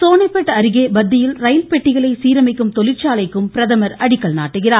சோனேபட் அருகே பத்தியில் ரயில்பெட்டிகளை சீரமைக்கும் தொழிற்சாலைக்கும் பிரதமர் அடிக்கல் நாட்டுகிறார்